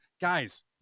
guys